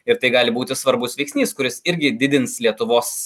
ir tai gali būti svarbus veiksnys kuris irgi didins lietuvos